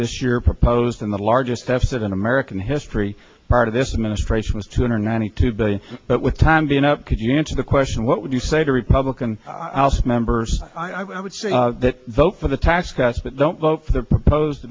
this year proposed in the largest deficit in american history part of this administration was two hundred ninety two billion but with time being up could you answer the question what would you say to republican alst members i would say that vote for the tax cuts but don't vote for the proposed